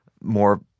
more